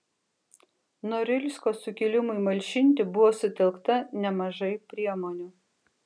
norilsko sukilimui malšinti buvo sutelkta nemažai priemonių